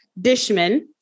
dishman